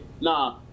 nah